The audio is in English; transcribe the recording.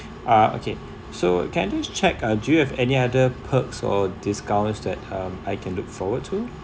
uh okay so can I just check uh do you have any other perks or discounts that um I can look forward to